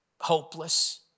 hopeless